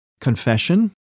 confession